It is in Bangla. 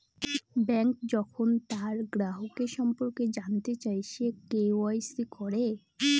ব্যাঙ্ক যখন তার গ্রাহকের সম্পর্কে জানতে চায়, সে কে.ওয়া.ইসি করে